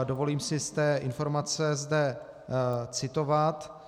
Dovolím si z té informace zde citovat: